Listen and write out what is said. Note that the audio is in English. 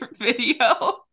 video